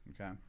Okay